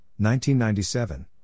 1997